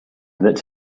that